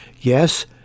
Yes